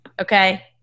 okay